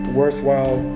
worthwhile